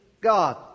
God